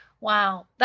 Wow